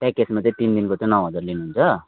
प्याकेजमा चाहिँ तिन दिनको चाहिँ नौ हजार लिनुहुन्छ